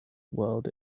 world